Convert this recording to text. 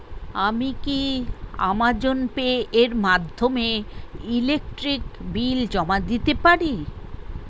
আমি কি Amazon Pay এর মাধ্যমে ইলেকট্রিক বিল জমা দিতে পারি?